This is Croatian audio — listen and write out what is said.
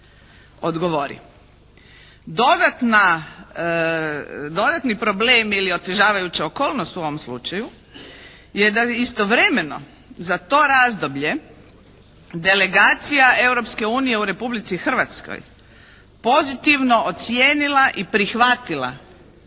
odgovori. Dodatni problem ili otežavajuća okolnost u ovom slučaju je da istovremeno za to razdoblje delegacija Europske unije u Republici Hrvatskoj pozitivno ocijenila i prihvatila